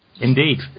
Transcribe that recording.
Indeed